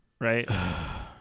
right